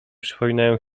przypominają